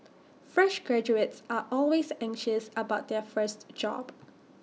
fresh graduates are always anxious about their first job